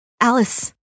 Alice